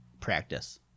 practice